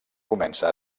comença